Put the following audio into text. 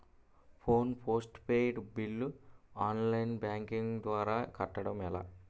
Phone post paid bill online banking ద్వారా కట్టడం ఎలా?